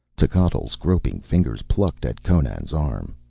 techotl's groping fingers plucked at conan's arm.